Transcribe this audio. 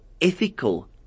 ethical